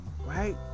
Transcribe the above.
right